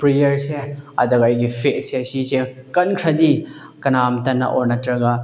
ꯄ꯭ꯔꯦꯌꯔꯁꯦ ꯑꯗꯨꯒ ꯑꯩꯒꯤ ꯐꯦꯠꯁꯦ ꯁꯤꯁꯦ ꯀꯟꯈ꯭ꯔꯗꯤ ꯀꯅꯥꯝꯇꯅ ꯑꯣꯔ ꯅꯠꯇ꯭ꯔꯒ